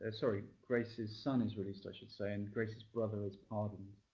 ah sorry, grace's son is released, i should say. and grace's brother is pardoned.